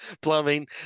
plumbing